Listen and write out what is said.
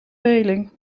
reling